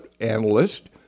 analyst